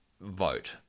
vote